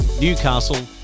Newcastle